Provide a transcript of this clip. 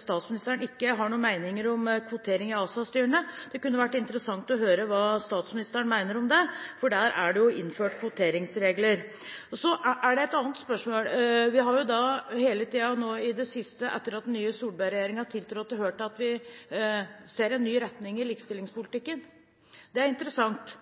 statsministeren ikke har noen meninger om kvotering i ASA-styrene. Det kunne vært interessant å høre hva statsministeren mener om det, for der er det jo innført kvoteringsregler. Så er det et annet spørsmål. Vi har hele tiden i det siste, etter at Solberg-regjeringen tiltrådte, hørt at vi ser en ny retning i likestillingspolitikken. Det er interessant.